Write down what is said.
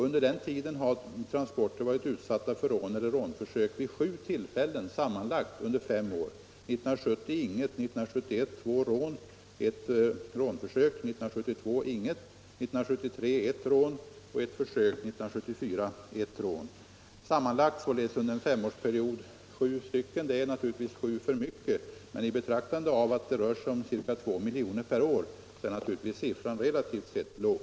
Under denna tid har transporter varit utsatta för rån eller rånförsök vid sammanlagt sju tillfällen: 1970 inget, 1971 två rån och ett försök, 1972 inget, 1973 ett rån och ett försök, 15 1974 ett rån. Det är naturligtvis sju för mycket under denna femårsperiod, men i betraktande av att det rör sig om ca 2 miljoner värdetransporter per år är ju siffran relativt sett låg.